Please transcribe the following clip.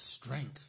strength